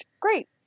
great